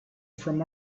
from